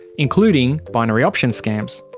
including binary option scams.